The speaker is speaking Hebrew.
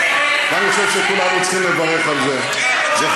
ואני חושב שכולנו צריכים לברך על זה.